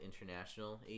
International